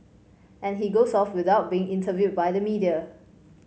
and he goes off without being interviewed by the media